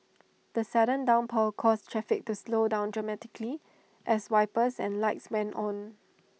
the sudden downpour caused traffic to slow down dramatically as wipers and lights went on